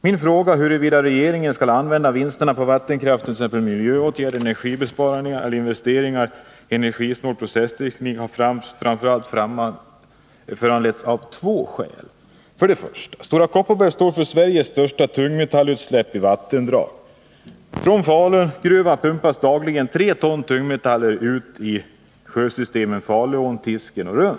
Min fråga huruvida regeringen vill medverka till att vinsterna av vattenkraften används till miljöåtgärder, energibesparingar och för investeringar i energisnål processteknik har föranletts av framför allt följande två omständigheter. För det första: Stora Kopparberg står för Sveriges största tungmetallutsläpp i vattendrag. Från Falu gruva pumpas dagligen tre ton tungmetaller ut i sjösystemet Faluån, Tisken och Runn.